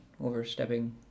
overstepping